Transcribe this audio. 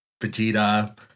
Vegeta